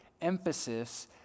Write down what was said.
emphasis